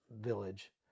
village